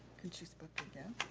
can she spoke again?